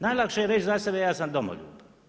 Najlakše je reći za sebe ja sam domoljub.